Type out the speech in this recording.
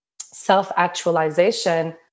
self-actualization